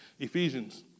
Ephesians